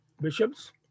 bishops